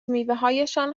میوههایشان